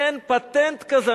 אין פטנט כזה.